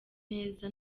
neza